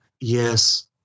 Yes